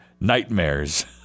nightmares